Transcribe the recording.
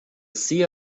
see